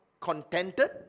contented